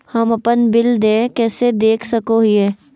हम अपन बिल देय कैसे देख सको हियै?